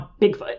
Bigfoot